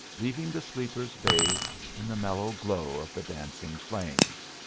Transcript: leaving the sleepers bathed in the mellow glow of the dancing flames.